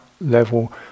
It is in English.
level